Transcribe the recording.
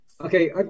Okay